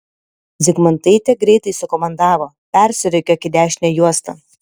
zygmantaitė greitai sukomandavo persirikiuok į dešinę juostą